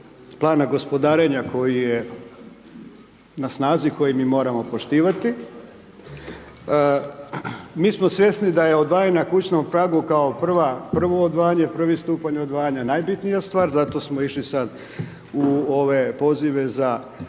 plana gospodarenja koji je na snazi i koji mi moramo poštivati. Mi smo svjesni da je odvajanje na kućnom pragu kao prvo odvajanje, prvi stupanj odvajanja najbitnija stvar, zato smo išli sad u ove pozive za